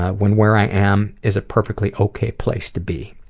when where i am is a perfectly okay place to be.